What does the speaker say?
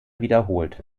wiederholt